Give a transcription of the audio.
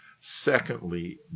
Secondly